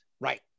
Right